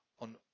on